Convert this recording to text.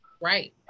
Right